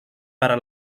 para